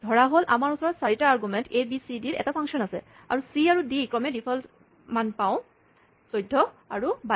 ধৰাহ'ল আমাৰ ওচৰত চাৰিটা argument A B C D ৰ এটা ফাংচন আছে আৰু চি আৰু ডি ৰ ক্ৰমে ডিফল্ট মান পাওঁ ১৪ আৰু ২২